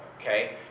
okay